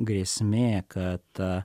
grėsmė kad